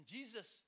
Jesus